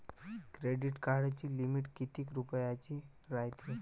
Credit कार्डाची limit कितीक रुपयाची रायते?